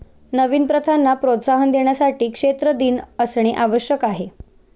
नवीन प्रथांना प्रोत्साहन देण्यासाठी क्षेत्र दिन असणे आवश्यक आहे